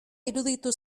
iruditu